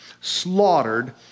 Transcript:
slaughtered